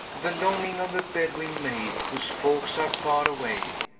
the longing of a bedouin maid, whose folks are far away,